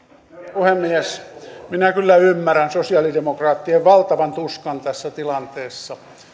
puhemies minä kyllä ymmärrän sosialidemokraattien valtavan tuskan tässä tilanteessa